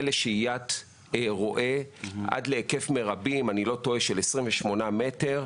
לשהיית רועה עד להיקף מרבי של 28 מטרים,